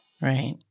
Right